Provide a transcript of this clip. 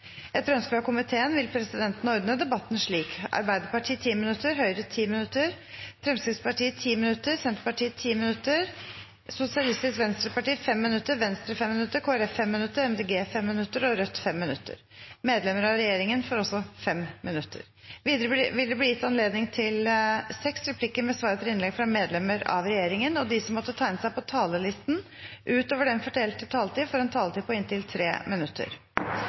vil det bli gitt anledning til seks replikker med svar etter innlegg fra medlemmer av regjeringen, og de som måtte tegne seg på talerlisten utover den fordelte taletid, får en taletid på inntil 3 minutter. Jeg vil takke komiteen for et godt samarbeid om disse to meldingene fra Sivilombudsmannen. Det